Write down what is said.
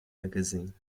magazine